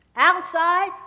Outside